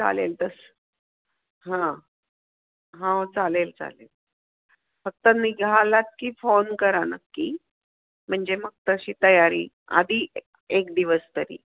चालेल तस हां हो चालेल चालेल फक्त निघालात की फोन करा नक्की म्हणजे मग तशी तयारी आधी एक दिवस तरी